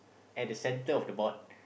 at the center of the board